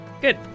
Good